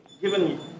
Given